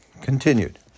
continued